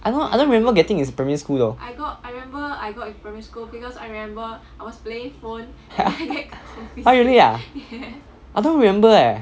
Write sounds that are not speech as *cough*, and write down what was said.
I don't I don't remember getting in primary school though *laughs* !huh! really ah I don't remember eh